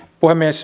puhemies